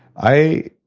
i,